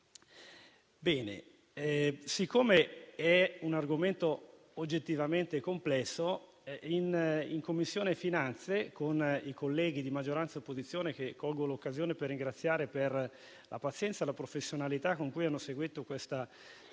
Siccome è un argomento oggettivamente complesso, in Commissione finanze, con i colleghi di maggioranza e opposizione - che colgo l'occasione per ringraziare per la pazienza e la professionalità con cui hanno seguito questa